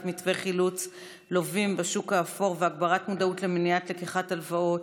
מתווה חילוץ לווים בשוק האפור והגברת המודעות למניעת לקיחת הלוואות,